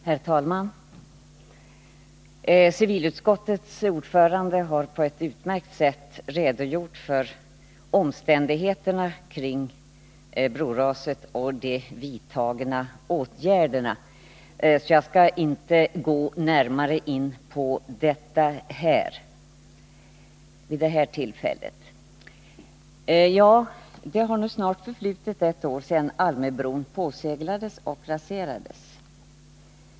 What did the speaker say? Herr talman! Civilutskottets ordförande har på ett utmärkt sätt redogjort för omständigheterna kring broraset och de vidtagna åtgärderna. Därför skall jag inte närmare gå in på den saken. Det har nu snart förflutit ett år sedan Almöbron påseglades och raserades.